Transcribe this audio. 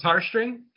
string